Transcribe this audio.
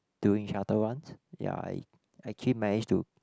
doing shuttle runs ya I I actually manage to